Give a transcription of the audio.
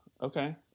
Okay